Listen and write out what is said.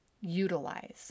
utilize